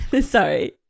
Sorry